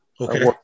Okay